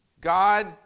God